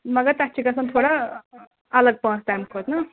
مگر تَتھ چھِ گژھان تھوڑا الگ پونٛسہٕ تَمہِ کھۄتہٕ نا